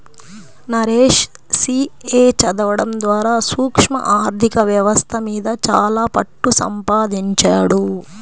Naresh CA చదవడం ద్వారా సూక్ష్మ ఆర్ధిక వ్యవస్థ మీద చాలా పట్టుసంపాదించాడు